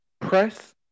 press